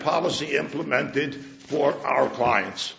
policy implemented for our clients